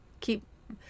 keep